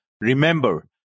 Remember